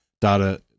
data